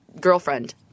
girlfriend